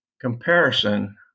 comparison